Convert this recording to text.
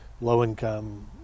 low-income